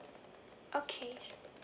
okay